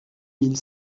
mille